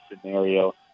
scenario